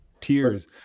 tears